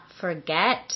forget